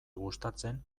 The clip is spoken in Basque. gustatzen